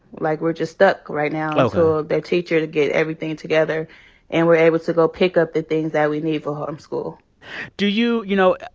like, we're just stuck right now. ok. until ah their teacher to get everything together and we're able to go pick up the things that we need for homeschool do you you know,